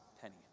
penny